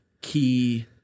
key